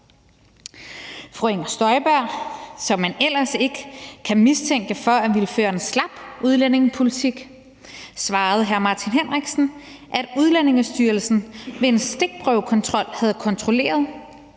Fru Inger Støjberg, som man ellers ikke kan mistænke for at ville føre en slap udlændingepolitik, svarede hr. Martin Henriksen, at Udlændingestyrelsen ved en stikprøvekontrol havde kontrolleret